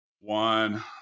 one